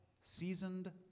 seasoned